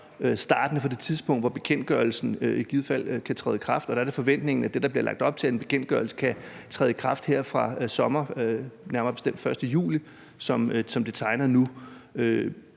startende fra det tidspunkt, hvor bekendtgørelsen i givet fald kan træde i kraft, og der er det forventningen, at det, der bliver lagt op til i den bekendtgørelse, kan træde i kraft her fra sommer, nærmere bestemt den 1. juli, som det tegner nu.